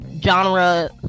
genre